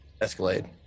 Escalade